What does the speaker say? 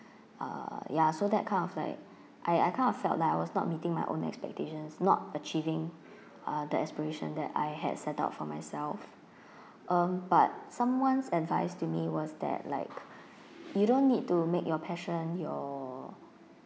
uh ya so that kind of like I I kind of felt like I was not meeting my own expectations not achieving uh the aspiration that I had set up for myself um but someone's advice to me was that like you don't need to make your passion your